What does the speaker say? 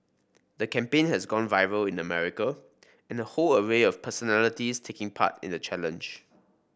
the campaign has gone viral in America in a whole array of personalities taking part in the challenge